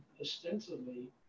ostensibly